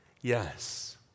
Yes